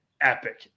epic